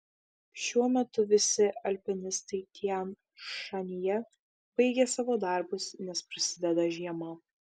šiuo metu visi alpinistai tian šanyje baigė savo darbus nes prasideda žiema